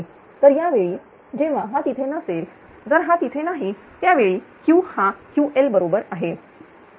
तर त्यावेळी जेव्हा हा तिथे नसेल जर हा तिथे नाही तर त्यावेळी Q हा Ql बरोबर आहे